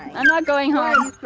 i'm not going home.